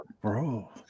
bro